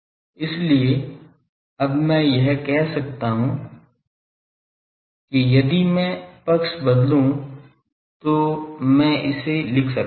इसलिए अब मैं यह कह सकता हूं कि यदि मैं पक्ष बदलूं तो मैं इसे लिख सकता हूं